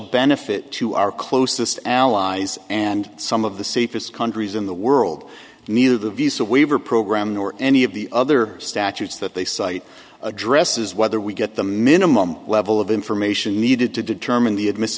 benefit to our closest allies and some of the safest countries in the world neither the visa waiver program nor any of the other statutes that they cite addresses whether we get the minimum level of information needed to determine the admiss